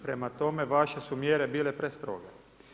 Prema tome, vaše su mjere bile prestroge.